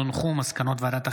מסקנות ועדת החינוך,